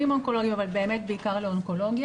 אונקולוגיים אבל באמת בעיקר לאונקולוגיה.